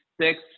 Six